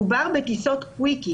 מדובר בטיסות קוויקי,